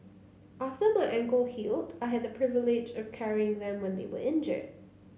after my ankle healed I had the privilege of carrying them when they were injured